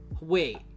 wait